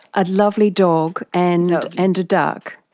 a lovely dog and and a duck.